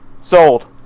Sold